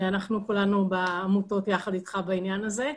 אנחנו כולנו בעמותות יחד איתך בעניין הזה.